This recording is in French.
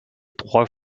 trois